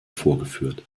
vorgeführt